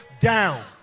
down